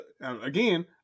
again